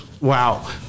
wow